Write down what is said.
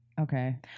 Okay